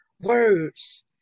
words